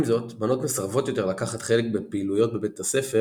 עם זאת בנות מסרבות יותר לקחת חלק בפעילויות בבית הספר